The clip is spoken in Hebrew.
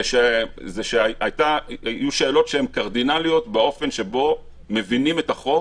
זה שהיו שאלות שהן קרדינליות באופן שבו מבינים את החוק